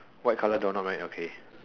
white colour doorknob right okay